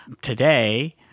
today